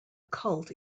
cult